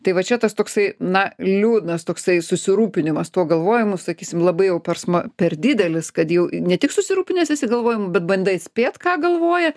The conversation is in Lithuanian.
tai va čia tas toksai na liūdnas toksai susirūpinimas tuo galvojimu sakysim labai jau per sma per didelis kad jau ne tik susirūpinęs esi galvojimu bet bandai atspėt ką galvoja